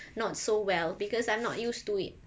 not so well because I'm not used to it